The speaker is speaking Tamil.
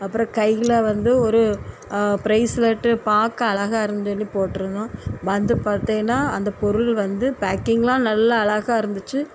அப்புறம் கையில் வந்து ஒரு ப்ரைஸ்லெட்டு பார்க்க அழகா இருந்ததுன்னு சொல்லி போட்டிருந்தோம் வந்து பார்த்தீங்கனா அந்த பொருள் வந்து பேக்கிங்கெல்லாம் நல்லா அழகா இருந்துச்சு